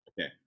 Okay